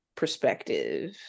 Perspective